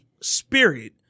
spirit